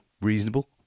reasonable